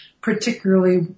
particularly